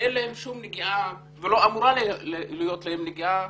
ואין להם שום נגיעה, ולא אמירה להיות להם נגיעה,